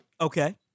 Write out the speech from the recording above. Okay